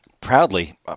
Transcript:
proudly